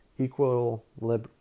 equilibrium